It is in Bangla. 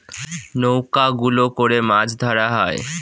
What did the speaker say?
নৌকা গুলো করে মাছ ধরা হয়